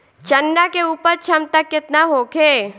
चना के उपज क्षमता केतना होखे?